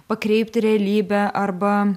pakreipti realybę arba